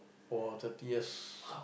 for thirty years